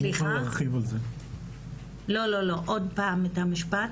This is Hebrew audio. עוד פעם אם אפשר.